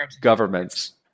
governments